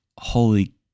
holy